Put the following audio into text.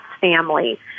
family